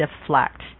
deflect